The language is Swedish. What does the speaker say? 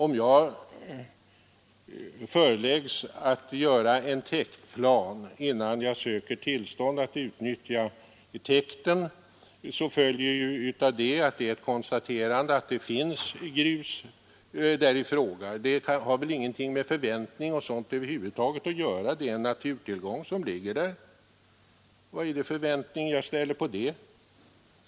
Om jag föreläggs att göra en täktplan innan jag söker tillstånd att utnyttja täkten, är ju det ett konstaterande av att det finns grus på platsen. Det har ingenting med förväntning att göra. Det är en naturtillgång som ligger där. Vilka förväntningsvärden kan jag åsätta den?